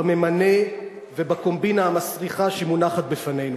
בממנה ובקומבינה המסריחה שמונחת בפנינו.